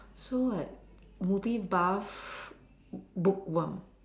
so what movie Puff bookworm